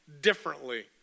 differently